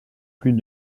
plus